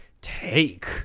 take